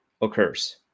occurs